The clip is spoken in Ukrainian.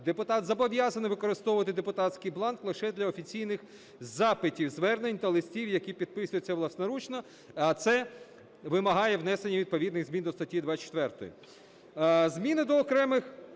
депутат зобов'язаний використовувати депутатський бланк лише для офіційних запитів, звернень та листів, які підписуються власноручно, а це вимагає внесення відповідних змін до статті 24. Зміни до окремих